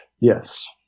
Yes